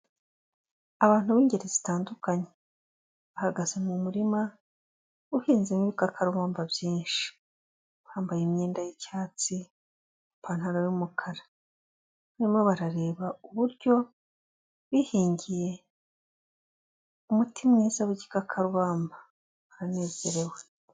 Abantu b'ingeri zitandukanye, bahagaze mu murima uhinzemo ibikakarubamba byinshi. Bambaye imyenda y'icyatsi, ipantaro y'umukara, barimo barareba uburyo bihingiye umuti mwiza w'igikakarubamba baranezerewe.